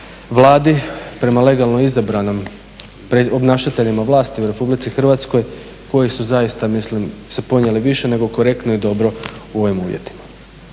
Vladi, prema legalno izabranim obnašateljima vlasti u RH koji su zaista, mislim, se ponijeli više nego korektno i dobro u ovim uvjetima.